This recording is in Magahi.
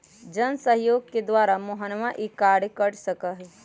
जनसहयोग के द्वारा मोहनवा ई कार्य कर सका हई